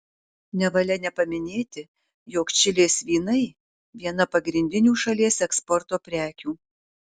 nevalia nepaminėti jog čilės vynai viena pagrindinių šalies eksporto prekių